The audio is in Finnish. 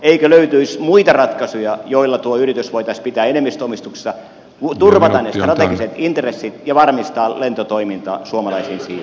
eikö löytyisi muita ratkaisuja joilla tuo yritys voitaisiin pitää enemmistöomistuksessa turvata ne strategiset intressit ja varmistaa lentotoiminta suomalaisin siivin